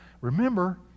remember